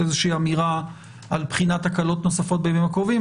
איזושהי אמירה על בחינת הקלות נוספות בימים הקרובים.